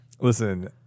Listen